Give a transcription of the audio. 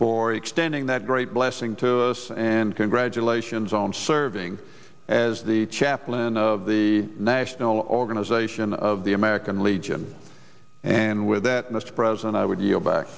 for extending that great blessing to us and congratulations on serving as the chaplain of the national organization of the american legion and with that mr president i would you